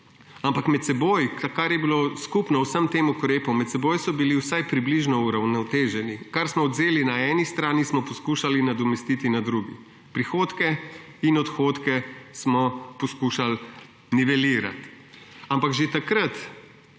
Ampak med seboj, kar je bilo skupno vsem tem ukrepom, so bili vsaj približno uravnoteženi. Ker smo odvzeli na eni strani, smo poskušali nadomestiti na drugi. Prihodke in odhodke smo poskušali nivelirati. Ampak že takrat